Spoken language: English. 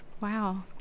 Wow